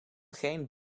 geen